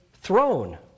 throne